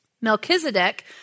Melchizedek